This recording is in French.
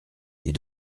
les